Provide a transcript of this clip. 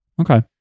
Okay